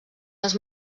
les